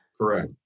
Correct